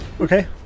Okay